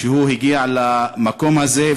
אני גאה שהוא הגיע למקום הזה,